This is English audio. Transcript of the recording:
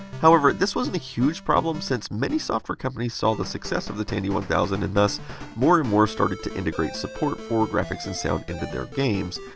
however, this wasn't a huge problem since many software companies saw the success of the tandy one thousand and thus more and more started to integrate support for the graphics and sound into their games.